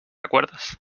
acuerdas